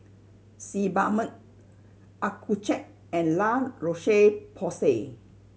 Sebamed Accucheck and La Roche Porsay